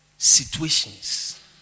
situations